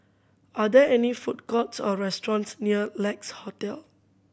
are there any food courts or restaurants near Lex Hotel